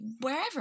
wherever